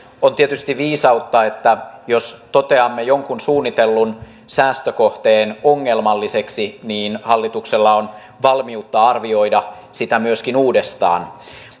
on tietysti viisautta että jos toteamme jonkun suunnitellun säästökohteen ongelmalliseksi niin hallituksella on valmiutta arvioida sitä myöskin uudestaan